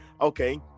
Okay